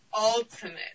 ultimate